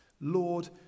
Lord